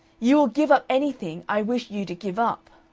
you will give up anything i wish you to give up.